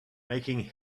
making